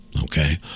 Okay